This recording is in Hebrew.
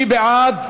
מי בעד?